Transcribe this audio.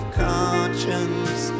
conscience